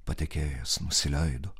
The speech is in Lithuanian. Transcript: patekėjęs nusileido